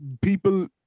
people